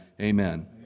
Amen